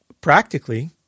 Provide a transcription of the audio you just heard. practically